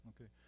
Okay